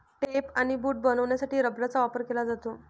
tape आणि boot बनवण्यासाठी रबराचा वापर केला जातो